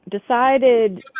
decided